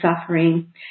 suffering